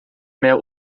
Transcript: mehr